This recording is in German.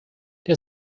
der